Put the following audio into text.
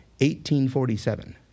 1847